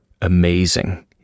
amazing